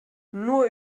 nur